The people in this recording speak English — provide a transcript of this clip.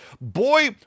Boy